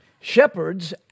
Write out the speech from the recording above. shepherds